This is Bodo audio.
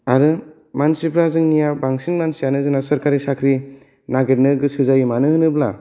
आरो मानसिफ्रा जोंनिया बांसिन मानसियानो जोंना सोरखारि साख्रि नागिरनो गोसो जायो मानो होनोब्ला